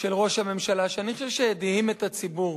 של ראש הממשלה, שאני חושב שהדהים את הציבור.